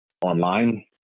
online